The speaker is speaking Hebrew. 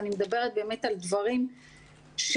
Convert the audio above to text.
אני מדברת באמת על דברים חדשים,